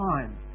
time